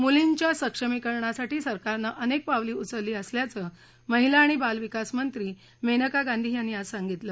मुलींच्या सक्षमीकरणासाठी सरकारनं अनेक पावलं उचलली असल्याचं महिला आणि बालविकास मंत्री मेनका गांधी यांनी आज सांगितलं